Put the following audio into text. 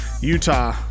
Utah